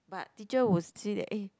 but teacher will see that eh